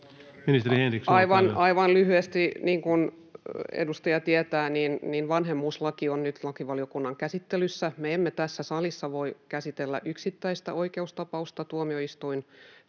Ministeri Henriksson, olkaa hyvä. Aivan lyhyesti: Niin kuin edustaja tietää, vanhemmuuslaki on nyt lakivaliokunnan käsittelyssä. Me emme tässä salissa voi käsitellä yksittäistä oikeustapausta, tuomioistuin